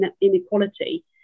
inequality